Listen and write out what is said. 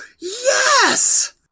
yes